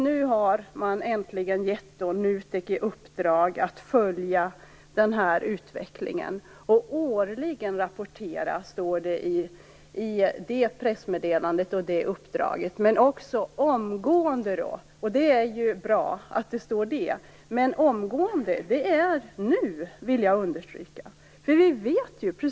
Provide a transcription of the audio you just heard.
Nu har man äntligen gett NUTEK i uppdrag att följa den här utvecklingen. I det pressmeddelandet och i det uppdraget står det att man årligen och omgående skall rapportera. Det är bra. Men jag vill understryka att omgående är nu. Vi vet ju att priserna har gått upp.